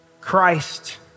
Christ